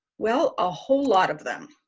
well a whole lot of them.